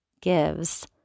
gives